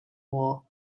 war